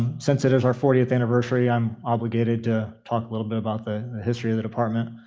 since it is our fortieth anniversary, i'm obligated to talk a little bit about the history of the department.